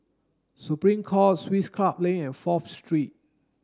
Supreme Court Swiss Club Lane and Fourth Street